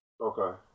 Okay